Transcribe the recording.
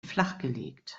flachgelegt